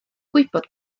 gwybod